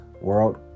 world